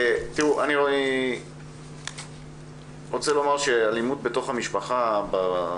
אני רוצה לומר שאלימות בתוך המשפחה היא